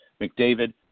McDavid